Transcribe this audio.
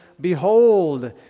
behold